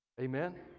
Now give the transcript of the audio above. Amen